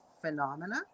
phenomena